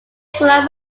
club